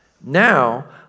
Now